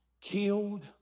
killed